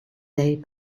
day